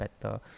better